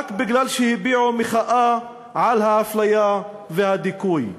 רק כי הביעו מחאה על האפליה והדיכוי.